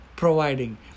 Providing